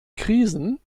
krisen